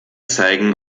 zeigen